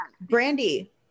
Brandy